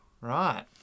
Right